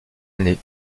année